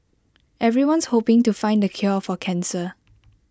everyone's hoping to find the cure for cancer